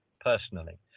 personally